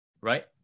right